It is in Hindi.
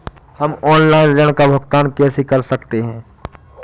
हम ऑनलाइन ऋण का भुगतान कैसे कर सकते हैं?